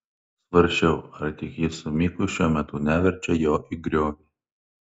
svarsčiau ar tik ji su miku šiuo metu neverčia jo į griovį